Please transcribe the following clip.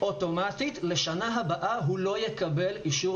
אוטומטית לשנה הבאה הוא לא יקבל אישור